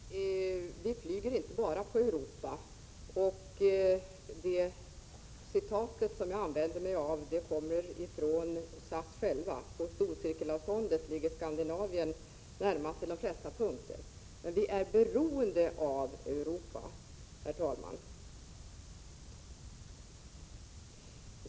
Herr talman! Vi flyger inte bara på Europa. Det citat jag använde kommer från SAS självt. På storcirkelavstånd ligger Skandinavien närmast till de flesta punkter, men vi är beroende av Europa.